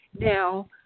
Now